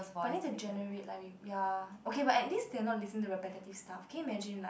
but then they can generic like we ya okay but at least they are not listen to repetitive stuff can you imagine like